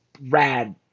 rad